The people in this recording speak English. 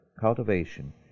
cultivation